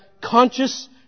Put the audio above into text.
conscious